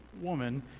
woman